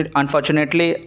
unfortunately